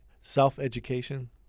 Self-education